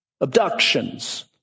abductions